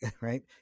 right